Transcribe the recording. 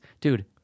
dude